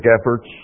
efforts